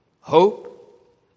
hope